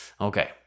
Okay